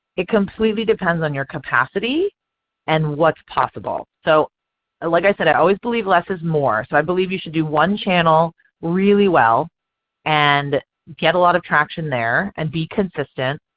it completely depends on your capacity and what's possible. so like i said i always believed less is more. so i believe you should do one channel really well and get a lot of traction there and be consistent.